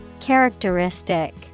Characteristic